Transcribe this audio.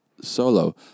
solo